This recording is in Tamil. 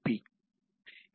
பி ஆகும்